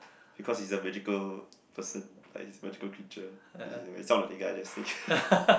because he's is a magical person like he's a magical creature he sounds like the guy I just say